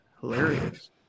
hilarious